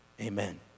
Amen